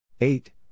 Eight